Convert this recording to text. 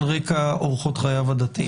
על רקע אורחות חייו הדתיים.